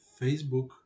Facebook